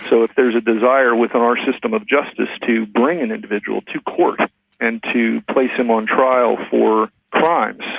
so if there's a desire within our system of justice to bring an individual to court and to place him on trial for crimes,